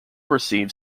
received